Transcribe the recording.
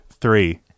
three